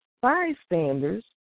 bystanders